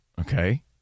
Okay